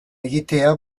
egitea